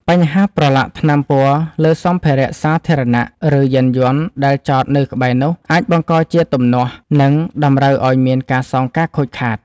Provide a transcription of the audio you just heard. បញ្ហាប្រឡាក់ថ្នាំពណ៌លើសម្ភារៈសាធារណៈ ឬយានយន្តដែលចតនៅក្បែរនោះ អាចបង្កជាទំនាស់ និងតម្រូវឱ្យមានការសងការខូចខាត។